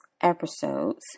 episodes